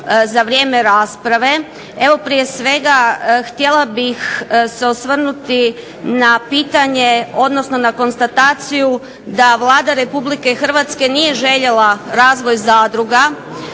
za vrijeme rasprave. Evo, prije svega htjela bih se osvrnuti na pitanje, odnosno na konstataciju da Vlada Republike Hrvatske nije željela razvoj zadruga.